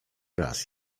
raz